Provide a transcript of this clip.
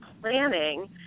planning